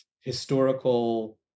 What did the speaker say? historical